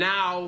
Now